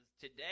today